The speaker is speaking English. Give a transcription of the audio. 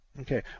Okay